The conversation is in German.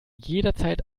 jederzeit